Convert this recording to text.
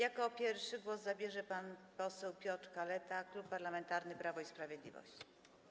Jako pierwszy głos zabierze pan poseł Piotr Kaleta, Klub Parlamentarny Prawo i Sprawiedliwość.